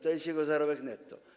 Taki jest jego zarobek netto.